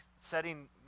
setting